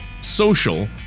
social